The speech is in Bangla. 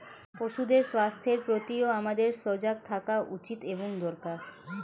পশুদের স্বাস্থ্যের প্রতিও আমাদের সজাগ থাকা উচিত এবং দরকার